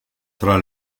tra